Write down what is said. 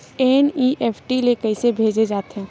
NEFT ले कइसे भेजे जाथे?